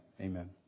amen